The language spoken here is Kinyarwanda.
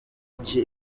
iki